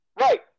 Right